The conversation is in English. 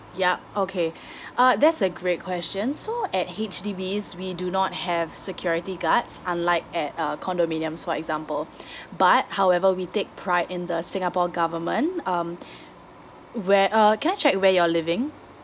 yup okay uh that's a great question so at H_D_B we do not have security guards unlike at uh condominiums for example but however we take pride in the singapore government um where uh can I check where you're living